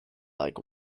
like